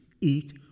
eat